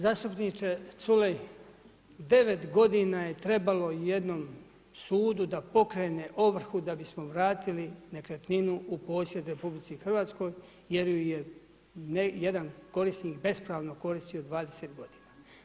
Zastupniče Culej, devet godina je trebalo jednom sudu da pokrene ovrhu da bismo vratili nekretninu u posjed RH jer ju je jedan korisnik bespravno koristio 20 godina.